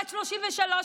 בת 33,